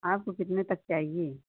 आपको कितना तक चाहिए